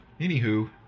Anywho